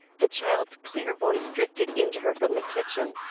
the child's clear voice drifted in to her from the kitchen,